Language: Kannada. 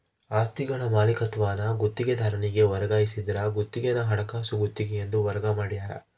ಆಸ್ತಿಗಳ ಮಾಲೀಕತ್ವಾನ ಗುತ್ತಿಗೆದಾರನಿಗೆ ವರ್ಗಾಯಿಸಿದ್ರ ಗುತ್ತಿಗೆನ ಹಣಕಾಸು ಗುತ್ತಿಗೆ ಎಂದು ವರ್ಗ ಮಾಡ್ಯಾರ